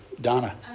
Donna